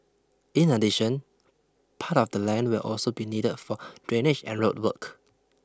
in addition part of the land will also be needed for drainage and road work